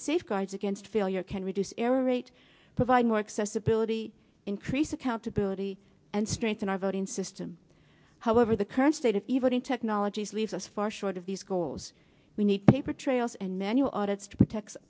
safeguards against failure can reduce error rate provide more accessibility increase accountability and strengthen our voting system however the current state of evolving technologies leaves us far short of these goals we need paper trails and manual audits to protect